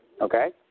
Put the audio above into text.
Okay